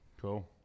Cool